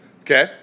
Okay